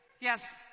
Yes